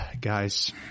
Guys